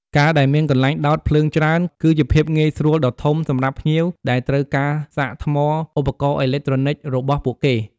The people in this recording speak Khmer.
ការដែលមានកន្លែងដោតភ្លើងច្រើន គឺជាភាពងាយស្រួលដ៏ធំសម្រាប់ភ្ញៀវដែលត្រូវការសាកថ្មឧបករណ៍អេឡិចត្រូនិចរបស់ពួកគេ។